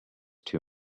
too